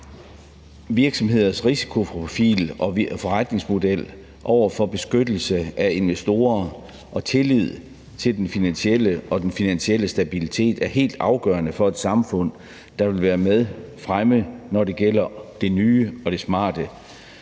Virksomheders risikoprofil og forretningsmodel over for beskyttelse af investorer og tillid til den finansielle stabilitet er helt afgørende for et samfund, der vil være med fremme, når det gælder det nye og det smarte;